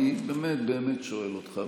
אני באמת באמת שואל אותך,